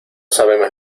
sabemos